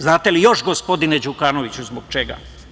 Znate li još, gospodine Đukanoviću, zbog čega?